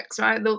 right